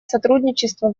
сотрудничество